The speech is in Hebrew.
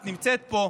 את נמצאת פה,